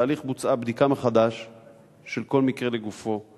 בתהליך בוצעה בדיקה מחדש של כל מקרה לגופו.